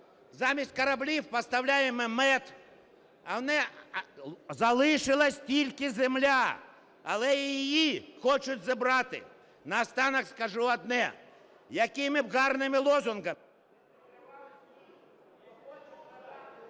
замість кораблів поставляємо мед. А залишилась тільки земля, але й її хочуть забрати. Наостанок скажу одне: якими б гарними лозунгами…